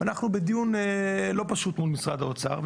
אנחנו בדיון לא פשוט מול משרד האוצר,